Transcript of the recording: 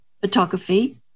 photography